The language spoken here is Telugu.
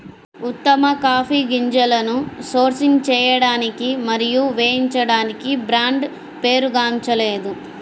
ఉత్తమ కాఫీ గింజలను సోర్సింగ్ చేయడానికి మరియు వేయించడానికి బ్రాండ్ పేరుగాంచలేదు